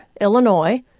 Illinois